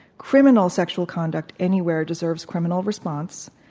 criminal sexual conduct anywhere deserves criminal response.